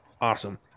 awesome